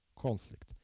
conflict